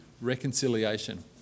reconciliation